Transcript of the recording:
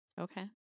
Okay